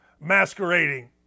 masquerading